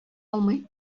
алмый